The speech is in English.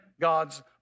God's